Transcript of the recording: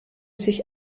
sich